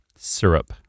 Syrup